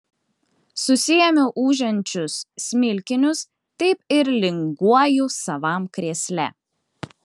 susiėmiau ūžiančius smilkinius taip ir linguoju savam krėsle